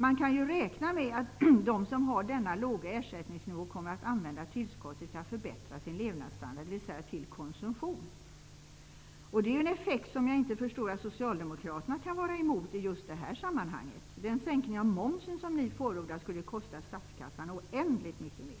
Man kan ju räkna med att de som har denna låga ersättningsnivå kommer att använda tillskottet till att förbättra sin levnadsstandard, dvs. till konsumtion. Det är en effekt som jag inte förstår att socialdemokraterna kan vara emot i just det här sammanhanget. Den sänkning av momsen som ni förordar, skulle ju kosta statskassan oändligt mycket mer.